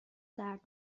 درد